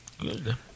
Good